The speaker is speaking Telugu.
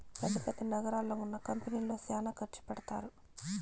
పెద్ద పెద్ద నగరాల్లో ఉన్న కంపెనీల్లో శ్యానా ఖర్చు పెడతారు